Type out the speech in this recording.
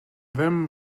them